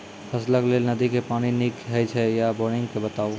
फसलक लेल नदी के पानि नीक हे छै या बोरिंग के बताऊ?